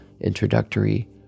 introductory